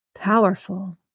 powerful